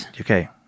okay